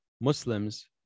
Muslims